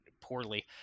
poorly